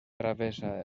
travessa